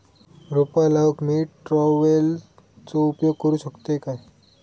रोपा लाऊक मी ट्रावेलचो उपयोग करू शकतय काय?